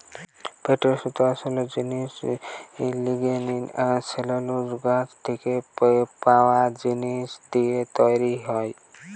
পাটের সুতোর আসোল জিনিস লিগনিন আর সেলুলোজ গাছ থিকে পায়া জিনিস দিয়ে তৈরি হয়